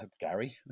Gary